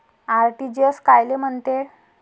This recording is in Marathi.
आर.टी.जी.एस कायले म्हनते?